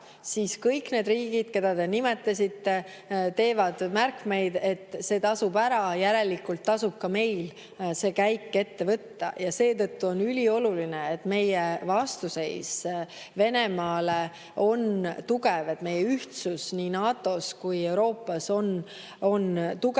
siis kõik need riigid, keda te nimetasite, teevad märkmeid, et see tasub ära ja järelikult tasub ka meil see käik ette võtta. Seetõttu on ülioluline, et meie vastuseis Venemaale on tugev, et meie ühtsus nii NATO-s kui ka Euroopas on tugev.